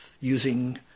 using